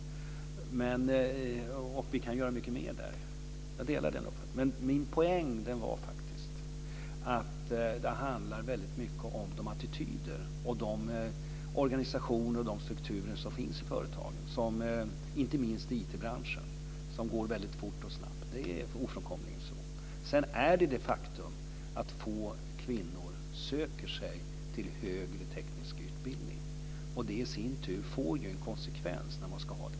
Vi kan göra mycket mer där. Jag delar den uppfattningen. Min poäng var att det väldigt mycket handlar om de attityder, de organisationer och strukturer som finns i företagen, inte minst i IT-branschen som går väldigt fort och snabbt. Det är ofrånkomligen så. Sedan är det ett faktum att få kvinnor söker sig till högre teknisk utbildning, och det i sin tur får en konsekvens.